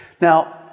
Now